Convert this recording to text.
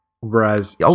Whereas